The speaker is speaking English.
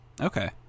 Okay